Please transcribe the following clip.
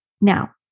Now